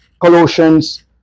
Colossians